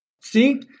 See